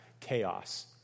chaos